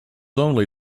only